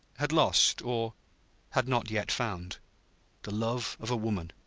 had lost or had not yet found the love of woman.